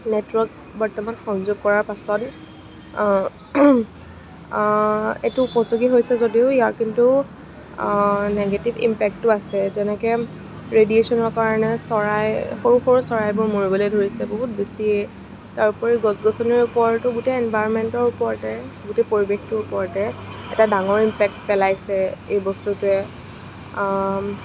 network বৰ্তমান সংযোগ কৰা পাছত এইটো উপযোগী হৈছে যদিও ইয়াক কিন্তু নিগেটিভ ইম্পেক্টটো আছে যেনেকৈ ৰেডিয়েশ্বনৰ কাৰণে চৰাই সৰু সৰু চৰাইবোৰ মৰিবলৈ ধৰিছে বহুত বেছিয়েই তাৰোপৰিও গছ গছনিৰ ওপৰত গোটেই ইনভাইৰনমেণ্টৰ ওপৰতে গোটেই পৰিৱেশটোৰ ওপৰতে এটা ডাঙৰ ইম্পক্ট পেলাইছে এই বস্তুটোৱে